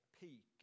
peak